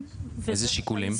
איזה שיקולים?